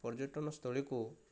ପର୍ଯ୍ୟଟନସ୍ଥଳୀକୁ